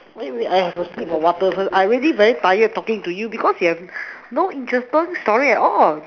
wait wait I have to sleep a water first I really very tired talking to you because you have no interesting story at all